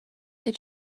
they